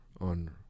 on